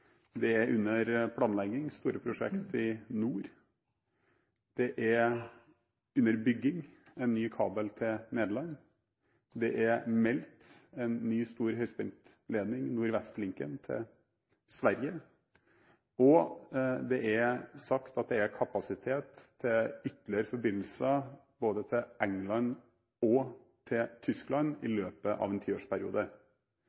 Det er under planlegging store prosjekter i nord. Det er under bygging en ny kabel til Nederland. Det er meldt en ny, stor høyspentledning – nordvestlinken til Sverige – og det er sagt at det er kapasitet til ytterligere forbindelser både til England og til Tyskland i